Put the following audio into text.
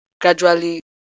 gradually